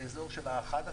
לאזור של ה-11%,